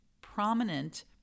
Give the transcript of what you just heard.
prominent